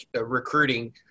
recruiting